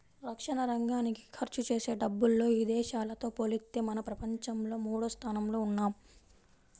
రక్షణరంగానికి ఖర్చుజేసే డబ్బుల్లో ఇదేశాలతో పోలిత్తే మనం ప్రపంచంలో మూడోస్థానంలో ఉన్నాం